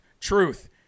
Truth